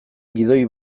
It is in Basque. gidoi